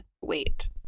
wait